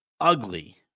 ugly